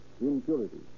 impurities